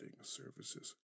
Services